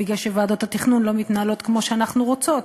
בגלל שוועדות התכנון לא מתנהלות כמו שאנחנו רוצות,